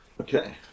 Okay